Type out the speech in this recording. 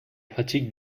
pratique